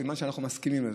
סימן שאנחנו מסכימים לזה.